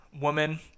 woman